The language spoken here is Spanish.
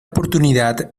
oportunidad